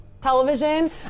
television